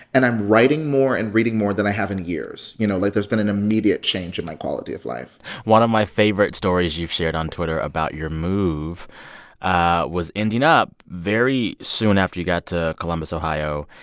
and i'm writing more and reading more than i have in years. you know, like, there's been an immediate change in my quality of life one of my favorite stories you've shared on twitter about your move ah was ending up very soon after you got to columbus, ohio,